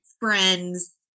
friends